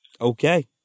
Okay